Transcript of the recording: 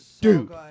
dude